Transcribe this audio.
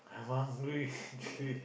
I'm hungry actually